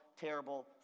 terrible